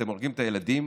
אתם הורגים את הילדים,